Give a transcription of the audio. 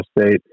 State